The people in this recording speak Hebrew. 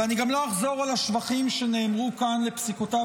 ואני גם לא אחזור על השבחים שנאמרו כאן על פסיקותיו